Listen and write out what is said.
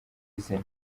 izina